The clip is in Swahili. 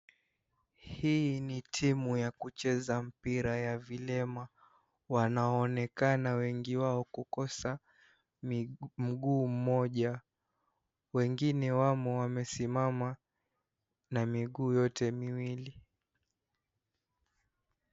Hii ni timu ya kucheza mpira ya vilema, wanaonekana wengi wao kukosa mguu mmoja, wengine wamo wamesimama na miguu yote miwili.